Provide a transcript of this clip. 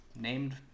named